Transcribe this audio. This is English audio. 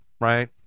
right